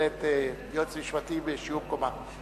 בהחלט יועץ משפטי בעל שיעור קומה.